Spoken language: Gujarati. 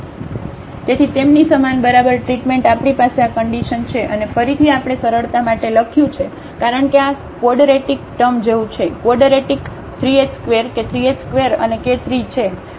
તેથી તેમની સમાન બરાબર ટ્રીટમેન્ટ આપણી પાસે આ કન્ડિશન છે અને ફરીથી આપણે સરળતા માટે લખ્યું છે કારણ કે આ કવોડરેટીક ટર્મ જેવું છે કવોડરેટીક 3 h ² કે 3 h ² અને k ³ છે